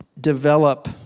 develop